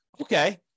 Okay